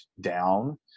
down